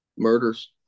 Murders